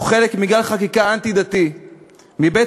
הוא חלק מגל חקיקה אנטי-דתית מבית